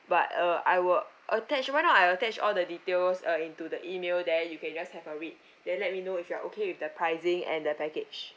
but uh I will attach why not I will attach all the details uh into the email then you can just have a read then let me know if you're okay with the pricing and the package